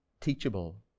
teachable